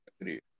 agree